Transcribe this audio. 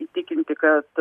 įtikinti kad